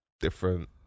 different